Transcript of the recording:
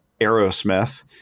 aerosmith